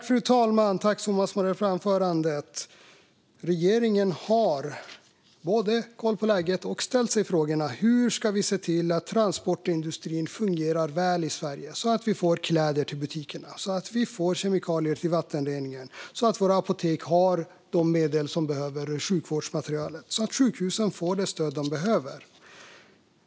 Fru talman! Tack, Thomas Morell, för anförandet! Regeringen har både koll på läget och har ställt sig frågan: Hur ska vi se till att transportindustrin fungerar väl i Sverige så att vi får kläder till butikerna, så att vi får kemikalier till vattenreningen, så att våra apotek har de medel och sjukvårdsmateriel som de behöver och så att sjukhusen får det stöd de behöver?